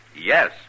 Yes